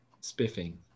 Spiffing